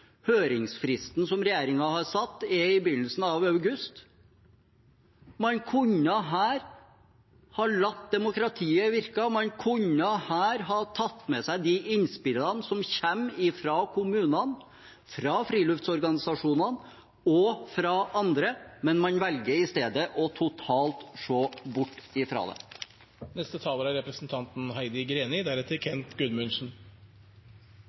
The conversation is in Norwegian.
Høringsfristen som regjeringen har satt, er i begynnelsen av august. Man kunne her latt demokratiet virke, man kunne her ha tatt med seg de innspillene som kommer fra kommunene, fra friluftsorganisasjonene og fra andre, men man velger i stedet å se totalt bort fra det. Til representanten